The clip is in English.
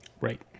Right